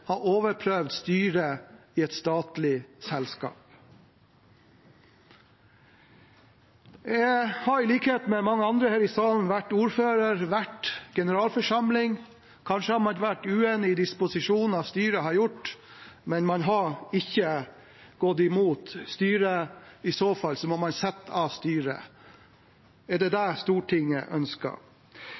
har overprøvd styret i et statlig selskap? Jeg har i likhet med mange andre her i salen vært ordfører og vært generalforsamling. Kanskje har man vært uenig i disposisjoner styret har gjort, men man har ikke gått imot styret. I så fall må man avsette styret. Er det det Stortinget ønsker?